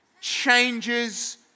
changes